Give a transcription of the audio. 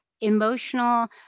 emotional